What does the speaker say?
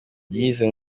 yize